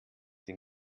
den